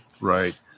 Right